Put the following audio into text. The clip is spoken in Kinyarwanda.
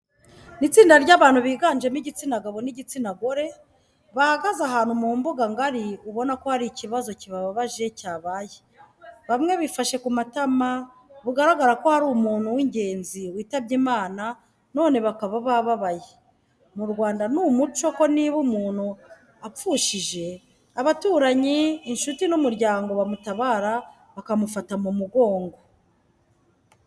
Ni itsinda ry'abantu biganjemo igitsina gabo n'igitsina gore, bahagaze ahantu mu mbuga ngari ubona ko hari ikibazo kibabaje cyabaye. Bamwe bifashe ku matama bugaragara ko hari umuntu w'ingenzi witabye Imana none bakaba bababaye. Mu Rwanda ni umuco ko niba umuntu apfushije abaturanyi, incuti n'umuryango bamutabara bakamufata mu mugongo.